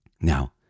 Now